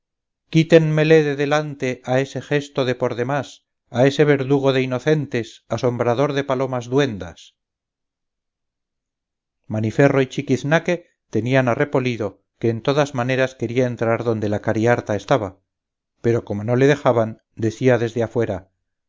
de delante a ese gesto de por demás a ese verdugo de inocentes asombrador de palomas duendas maniferro y chiquiznaque tenían a repolido que en todas maneras quería entrar donde la cariharta estaba pero como no le dejaban decía desde afuera